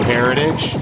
Heritage